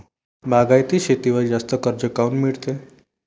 बागायती शेतीवर जास्त कर्ज काऊन मिळते?